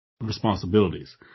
responsibilities